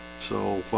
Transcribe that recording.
so